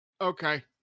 okay